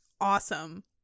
awesome